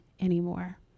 anymore